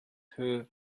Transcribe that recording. her